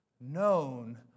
known